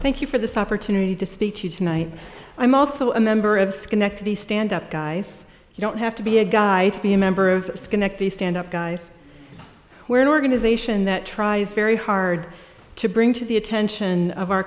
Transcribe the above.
thank you for this opportunity to speak to you tonight i'm also a member of schenectady stand up guys you don't have to be a guy to be a member of schenectady stand up guys where an organization that tries very hard to bring to the attention of our